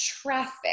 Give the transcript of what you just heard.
traffic